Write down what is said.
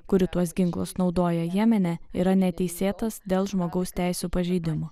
kuri tuos ginklus naudoja jemene yra neteisėtas dėl žmogaus teisių pažeidimo